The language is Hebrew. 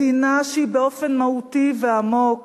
מדינה שהיא באופן מהותי ועמוק